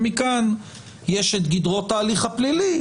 ומכאן יש את גדרות ההליך הפלילי,